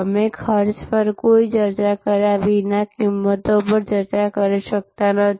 અમે ખર્ચ પર કોઈ ચર્ચા કર્યા વિના કિંમતો પર ચર્ચા કરી શકતા નથી